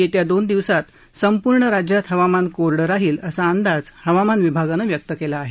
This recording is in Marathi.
येत्या दोन दिवसांत संपूर्ण राज्यात हवामान कोरडं राहील असा अंदाज हवामान विभागानं व्यक्त केला आहे